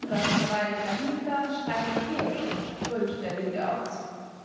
und aus dem walde dahinter schreit der hirsch und brüllt der wilde ochs